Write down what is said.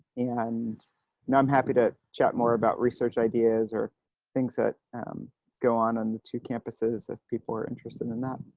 and now i'm happy to chat more about research ideas or things that go on on the two campuses if people are interested in that.